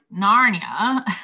narnia